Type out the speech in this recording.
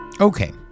Okay